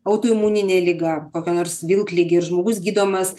autoimuninė liga kokia nors vilkligė ir žmogus gydomas